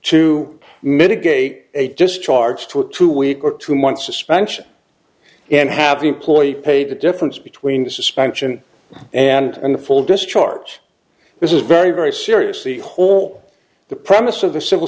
to mitigate a discharge to a two week or two months suspension and have the employee pay the difference between the suspension and the full discharge this is very very serious the whole the promise of the civil